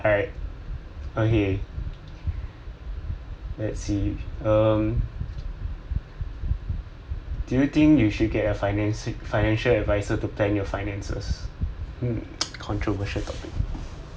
I okay let's see um do you think you should get a finance financial adviser to plan your finances um controversial topic